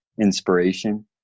inspiration